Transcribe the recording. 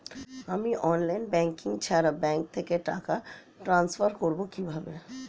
আমি online banking ছাড়া bank থেকে টাকা ট্রান্সফার করবো কিভাবে?